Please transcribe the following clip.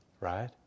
right